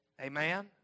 Amen